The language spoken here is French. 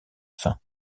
fin